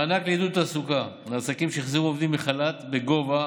מענק לעידוד תעסוקה לעסקים שהחזירו עובדים מחל"ת בגובה